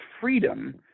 freedom